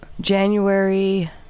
January